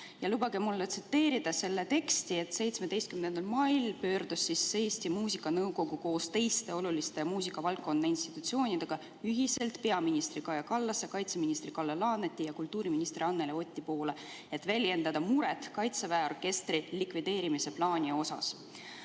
Lubage mul tsiteerida selle teksti: "17. mail pöördus Eesti Muusikanõukogu koos teiste oluliste muusikavaldkonna institutsioonidega ühiselt peaministri Kaja Kallase, kaitseministri Kalle Laaneti ja kultuuriministri Anneli Oti poole, et väljendada muret kaitseväe orkestri likvideerimisplaani